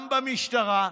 גם במשטרה,